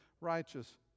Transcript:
righteous